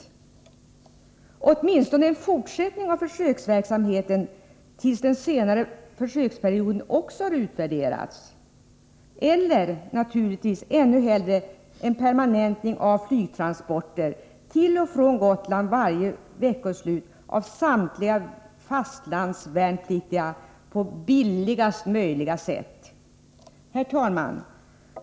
Den bör åtminstone leda till en fortsättning av försöksverksamheten tills den senare försöksperioden också har utvärderats eller, naturligtvis ännu hellre, till en permanentning av flygtransporter till och från Gotland varje veckoslut av samtliga fastlandsvärnpliktiga på billigaste möjliga sätt. Herr talman!